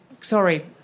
Sorry